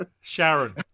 Sharon